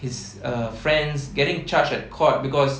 his uh friends getting charged at court cause